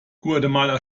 guatemala